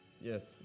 Yes